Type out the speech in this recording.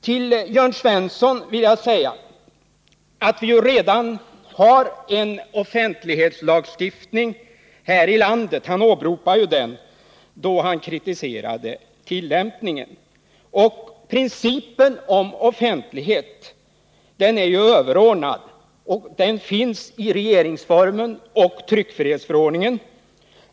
Till Jörn Svensson vill jag säga att vi redan har en offentlighetslagstiftning här i landet — han åberopade ju den när han kritiserade tillämpningen. Och principen om offentlighet är överordnad, och den finnsi regeringsformen och tryckfrihetsförordningen.